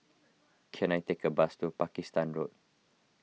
can I take a bus to Pakistan Road